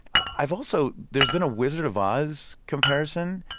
i've also there's been a wizard of oz comparison,